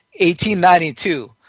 1892